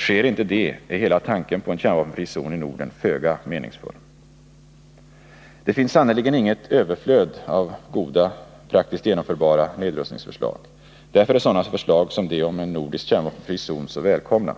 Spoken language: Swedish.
Sker inte det, är hela tanken på en kärnvapenfri zon i Norden föga meningsfull. Det finns sannerligen inget överflöd av goda, praktiskt genomförbara nedrustningsförslag. Därför är sådana förslag som det om en nordisk kärnvapenfri zon så välkomna.